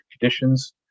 conditions